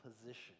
position